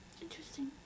Interesting